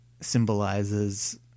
symbolizes